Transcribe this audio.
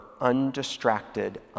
undistracted